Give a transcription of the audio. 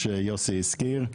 מה שיוסי הזכיר,